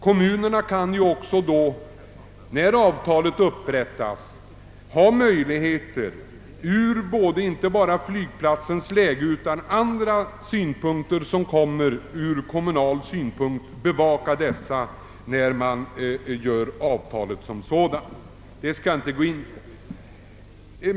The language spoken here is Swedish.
Kommunerna har också, när avtalet upprättas, möjlighet att bevaka sina intressen när det gäller flygplatsens läge och annat, som jag inte skall gå in på.